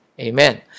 Amen